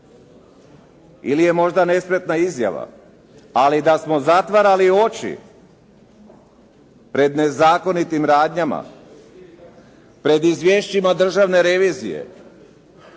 ili je možda nespretna izjava, ali da smo zatvarali oči pred nezakonitim radnjama, pred izvješćima državne revizije.